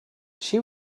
she